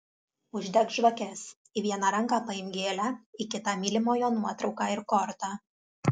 uždek žvakes į vieną ranką paimk gėlę į kitą mylimojo nuotrauką ir kortą